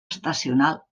estacional